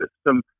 system